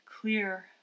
clear